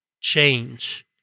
change